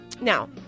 Now